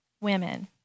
women